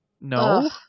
No